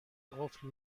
قفل